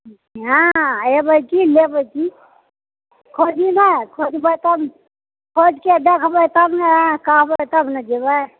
हँ अयबै की लेबै की खोजु ने खोजबै तबने खोजके कहबै तब ने जेबै